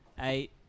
Eight